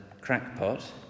crackpot